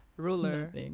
ruler